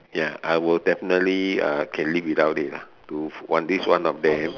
ya I will definitely uh can live without it lah to at least one of them